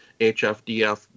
HFDF